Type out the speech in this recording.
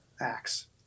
acts